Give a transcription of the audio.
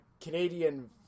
Canadian